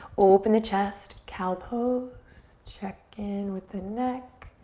open the chest. cow pose. check in with the neck.